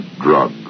drug